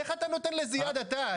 איך אתה נותן לזה יד, אתה?